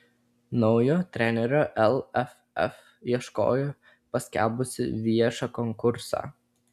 naujo trenerio lff ieškojo paskelbusi viešą konkursą